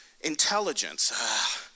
Intelligence